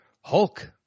Hulk